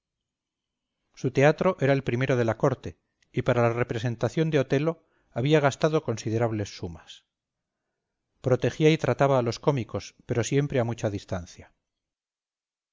su teatro era el primero de la corte y para la representación de otello había gastado considerables sumas protegía y trataba a los cómicos pero siempre a mucha distancia